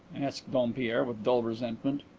asked dompierre, with dull resentment.